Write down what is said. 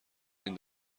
این